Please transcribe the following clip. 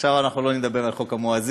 עכשיו אנחנו לא נדבר על חוק המואזין.